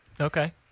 okay